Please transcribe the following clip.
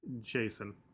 Jason